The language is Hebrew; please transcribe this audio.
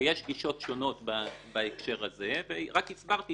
ויש גישות שונות בהקשר הזה ורק הסברתי